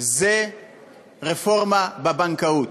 זה רפורמה בבנקאות.